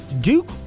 Duke